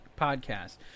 podcast